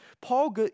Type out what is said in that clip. Paul